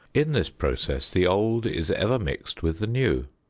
in this process the old is ever mixed with the new.